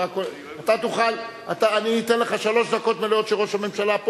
אני אתן לך שלוש דקות מלאות כשראש הממשלה פה.